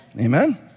Amen